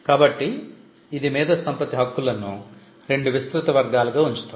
కాబట్టి ఇది మేధో సంపత్తి హక్కులను రెండు విస్తృత వర్గాలుగా ఉంచుతుంది